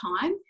time